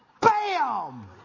Bam